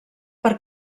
per